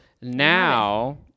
now